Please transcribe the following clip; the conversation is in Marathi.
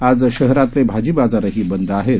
आजशहरातलेभाजीबाजारहीबंदआहेत